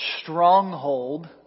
stronghold